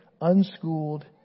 unschooled